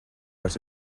out